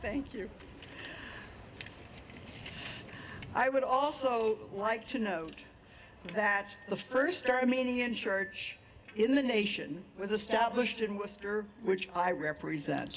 thank you i would also like to know that the first armenian church in the nation was a stop pushed in worcester which i represent